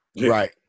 Right